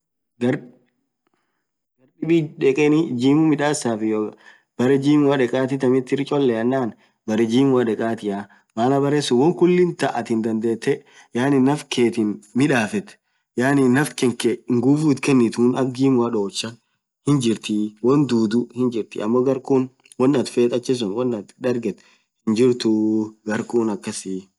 garr dhib dhekeni gym midhasaf iyyo berre gym dhekathi thamathi irr cholee ananen berre gym dhekathia maaana berre sunn wonn khuliin thaathi dhandhethe naff khethin midafethu yaani naff khankhe nguvu itkhanithun akha gym dhoocha hinjirthii wonn dhudhu ammo garr khun won athin fefh achisun hinjirtuu garr khun akhasiii